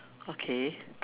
okay